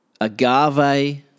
agave